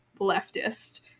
leftist